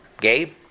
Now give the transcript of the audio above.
Gabe